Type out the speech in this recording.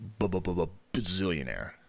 bazillionaire